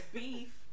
beef